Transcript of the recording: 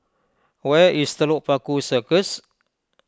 where is Telok Paku Circus